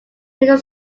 middle